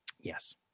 Yes